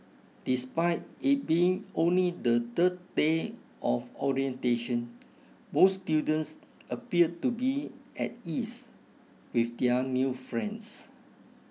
despite it being only the third day of orientation most students appeared to be at ease with their new friends